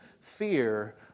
fear